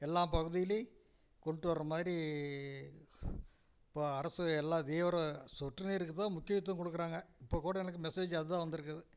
எல்லா பகுதியிலே கொண்டு வர்றமாதிரி இப்போ அரசு எல்லா தீவிரம் சொட்டு நீருக்குதான் முக்கியத்துவம் கொடுக்குறாங்க இப்போ கூட எனக்கு மெசேஜ் அதுதான் வந்திருக்குது